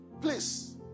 Please